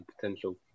potential